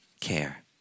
care